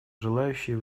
желающие